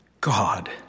God